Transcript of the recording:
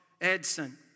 Edson